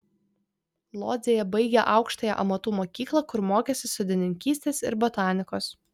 lodzėje baigė aukštąją amatų mokyklą kur mokėsi sodininkystės ir botanikos